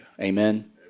Amen